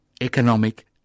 economic